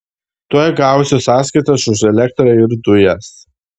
tuoj gausiu sąskaitas už elektrą ir dujas